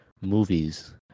movies